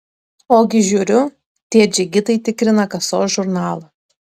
ogi žiūriu tie džigitai tikrina kasos žurnalą